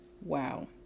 Wow